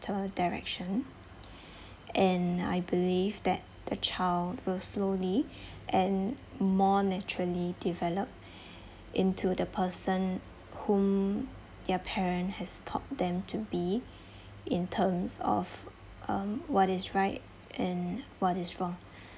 direction and I believe that the child will slowly and more naturally develop into the person whom their parent has taught them to be in terms of um what is right and what is wrong